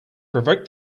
provoked